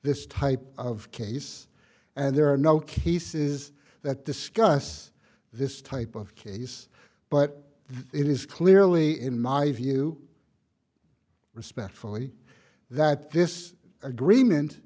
this type of case and there are no cases that discuss this type of case but it is clearly in my view respectfully that this agreement